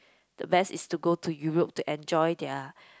the best is to go to Europe to enjoy their